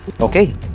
Okay